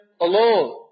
alone